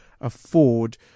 afford